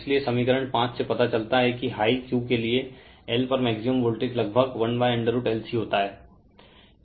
इसलिए समीकरण 5 से पता चलता है कि हाई Q के लिए L पर मैक्सिमम वोल्टेज लगभग 1√LC होता है